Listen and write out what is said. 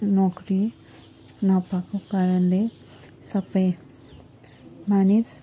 नोकरी नपाएको कारणले सबै मानिस